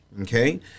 Okay